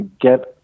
get